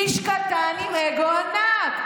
איש קטן עם אגו ענק.